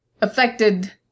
affected